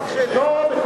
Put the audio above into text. לא רק חלק.